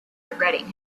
regretting